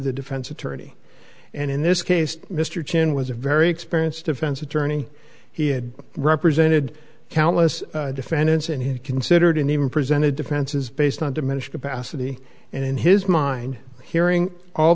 the defense attorney and in this case mr chin was a very experienced defense attorney he had represented countless defendants and he considered and even presented defenses based on diminished capacity and in his mind hearing all